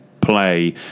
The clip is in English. play